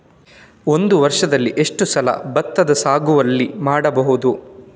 ಒಂದು ವರ್ಷದಲ್ಲಿ ಎಷ್ಟು ಸಲ ಭತ್ತದ ಸಾಗುವಳಿ ಮಾಡಬಹುದು?